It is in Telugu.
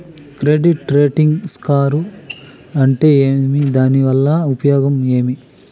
క్రెడిట్ రేటింగ్ స్కోరు అంటే ఏమి దాని వల్ల ఉపయోగం ఏమి?